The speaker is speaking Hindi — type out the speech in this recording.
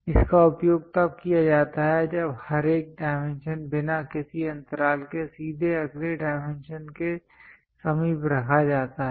इसका उपयोग तब किया जाता है जब हर एक डायमेंशन बिना किसी अंतराल के सीधे अगले डायमेंशन के समीप रखा जाता है